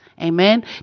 amen